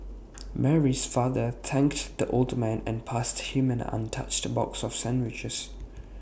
Mary's father thanked the old man and passed him an untouched box of sandwiches